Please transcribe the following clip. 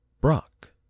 Brock